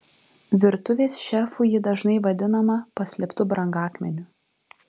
virtuvės šefų ji dažnai vadinama paslėptu brangakmeniu